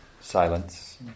Silence